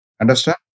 Understand